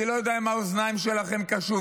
אני לא יודע אם האוזניים שלכם קשובות,